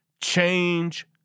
Change